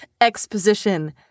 Exposition